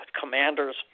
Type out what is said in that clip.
commanders